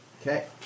Okay